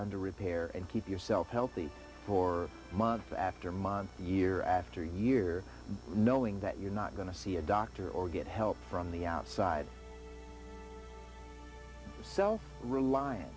under repair and keep yourself healthy for month after month year after year knowing that you're not going to see a doctor or get help from the outside rel